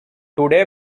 today